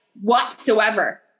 whatsoever